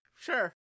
sure